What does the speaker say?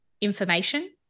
information